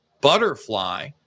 butterfly